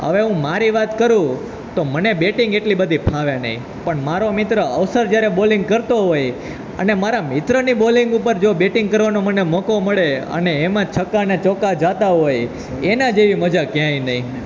હવે હું મારી વાત કરું તો મને બેટિંગ એટલી બધી ફાવે નઇ પણ મારો મિત્ર અવસર જ્યારે બોલિંગ કરતો હોય અને મારા મિત્રની બોલિંગ ઉપર જો બેટિંગ કરવાનો મને મોકો મળે અને એમાં ચક્કા ણે ચોક્કા જતા હોય એના જેવી મજા ક્યાંય નહીં